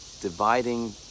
dividing